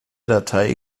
datei